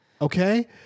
Okay